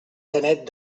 canet